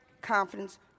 confidence